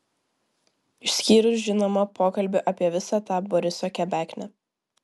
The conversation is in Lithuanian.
išskyrus žinoma pokalbį apie visą tą boriso kebeknę